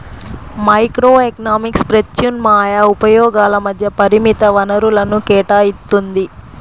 microeconomics ప్రత్యామ్నాయ ఉపయోగాల మధ్య పరిమిత వనరులను కేటాయిత్తుంది